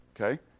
okay